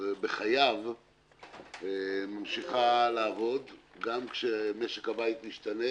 בחייו ממשיכה לעבוד גם כשמשק הבית משתנה,